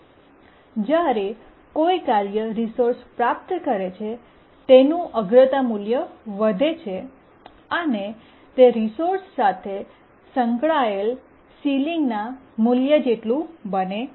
જ્યારે કોઈ કાર્ય રિસોર્સ પ્રાપ્ત કરે છે તેનું અગ્રતા મૂલ્ય વધે છે અને તે રિસોર્સ સાથે સંકળાયેલ સીલીંગ ના મૂલ્ય જેટલું બને છે